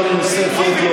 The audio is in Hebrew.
פעם נוספת.